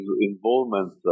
involvement